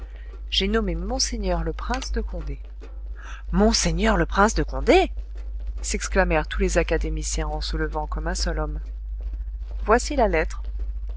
j'ai nommé monseigneur le prince de condé monseigneur le prince de condé s'exclamèrent tous les académiciens en se levant comme un seul homme voici la lettre